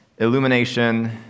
illumination